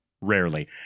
rarely